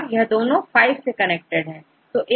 और यह दोनों V से कनेक्टेड है